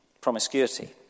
promiscuity